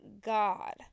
God